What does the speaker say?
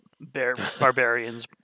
barbarians